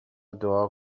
دعا